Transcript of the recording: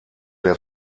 der